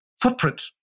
footprint